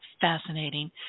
Fascinating